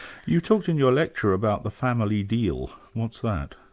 you talked in your lecture about the family deal. what's that?